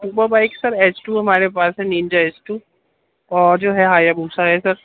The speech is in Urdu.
super bike sir H two ہمارے پاس ہے ننجا ایچ ٹو اور جو ہے ہایابوسا ہے سر